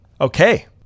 Okay